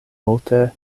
multe